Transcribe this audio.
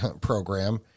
program